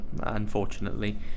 Unfortunately